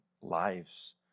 lives